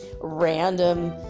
Random